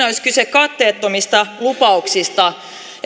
olisi kyse katteettomista lupauksista